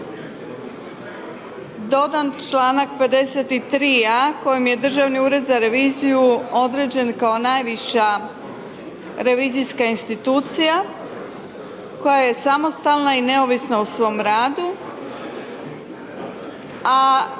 dodan članak 53. a kojim je Državni ured za reviziju određen kao najviša revizijska institucija koja je samostalna i neovisna o svom radu